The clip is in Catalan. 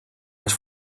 les